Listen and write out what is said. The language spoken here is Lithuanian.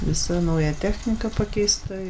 visa nauja technika pakeista